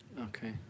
Okay